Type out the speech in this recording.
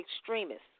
extremists